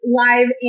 live